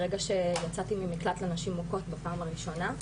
ברגע שיצאתי ממקלט לנשים מוכות בפעם הראשונה,